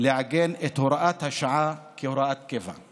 לעגן את הוראת השעה כהוראת קבע.